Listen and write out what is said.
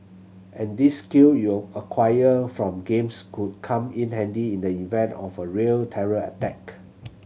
and these skill you acquired from games could come in handy in the event of a real terror attack